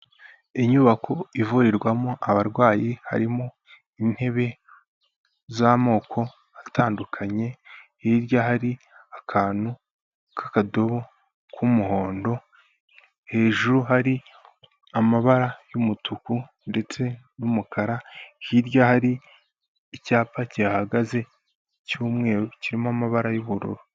Inyubako ivurirwamo abarwayi harimo intebe z'amoko atandukanye, hirya hari akantu k'akadobo k'umuhondo, hejuru hari amabara y'umutuku ndetse n'umukara, hirya hari icyapa kihahagaze cy'umweru kirimo amabara y'ubururu.